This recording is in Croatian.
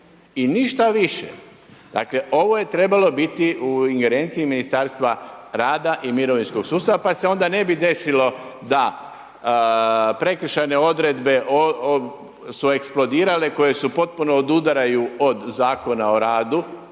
I ništa više. Dakle, ovo je trebalo biti u ingerenciji Ministarstvu rada i mirovinskog sustava, pa se onda ne bi desilo da prekršajne odredbe su eksplodirale koje potpuno odudaraju od Zakona o radu,